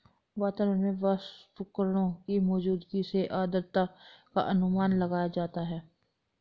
वातावरण में वाष्पकणों की मौजूदगी से आद्रता का अनुमान लगाया जाता है